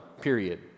Period